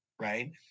right